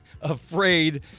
afraid